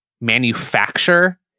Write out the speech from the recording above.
manufacture